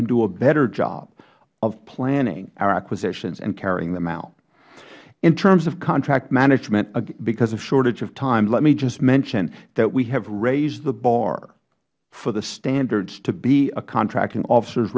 can do a better job of planning our acquisitions and carrying them out in terms of contract management because of shortage of time let me just mention that we have raised the bar for the standards to be a contracting officers